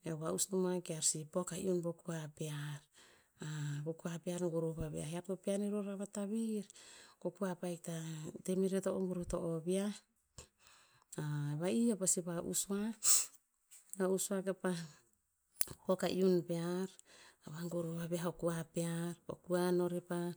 ke eo va'us nomoah kear si pok a iun po koa pear. ko kua pear goroh vaviah, er to peaniror a vatavir, ko koa pa hikta temerer to o goroh to o viah. Va'ih eo pasi va'us oah, va'us oah kapah pok a iun pear, ka vagoroh va viah okua pear ko kua norer pah.